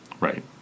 Right